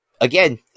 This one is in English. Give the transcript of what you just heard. Again